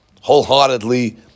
wholeheartedly